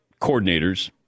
coordinators